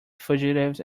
fugitives